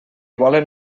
volen